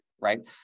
right